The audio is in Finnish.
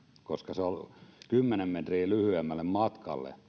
koska se sama paino tulee kymmenen metriä pitemmälle matkalle